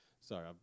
Sorry